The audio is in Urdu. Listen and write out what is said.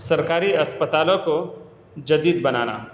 سرکاری اسپتالوں کو جدید بنانا